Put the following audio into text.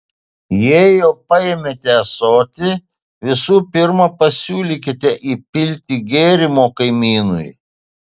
jei jau paėmėte ąsotį visų pirma pasiūlykite įpilti gėrimo kaimynui